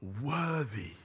worthy